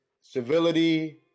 civility